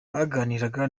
baganiraga